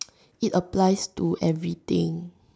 it applies to everything